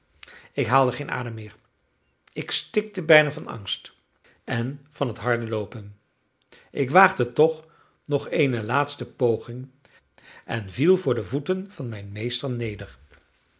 ik haalde geen adem meer ik stikte bijna van angst en van het harde loopen ik waagde toch nog eene laatste poging en viel voor de voeten van mijn meester neder